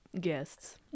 guests